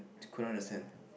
couldn't understand